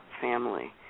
family